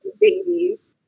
babies